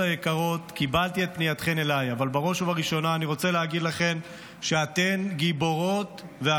אני קורא את הפניות שלכם ומשתדל לפעול ולתת להן מענה באמצעות